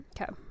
Okay